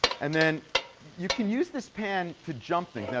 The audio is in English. and then you can use this pan to jump things.